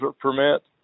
permit